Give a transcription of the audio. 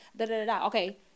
Okay